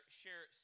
share